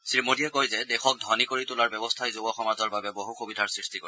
শ্ৰীমোদীয়ে কয় যে দেশক ধনী কৰি তোলাৰ ব্যৱস্থাই যুৱসমাজৰ বাবে বহু সুবিধাৰ সৃষ্টি কৰিব